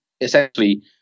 essentially